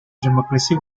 democracy